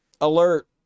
Alert